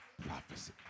prophecy